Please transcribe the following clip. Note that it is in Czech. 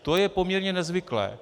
To je poměrně nezvyklé.